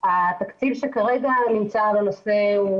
התקציב שכרגע תוקצב לנושא הוא